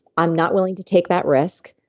i'm not willing to take that risk.